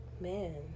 Man